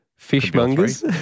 Fishmongers